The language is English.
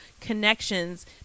connections